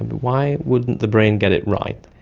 and why wouldn't the brain get it right?